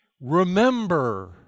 remember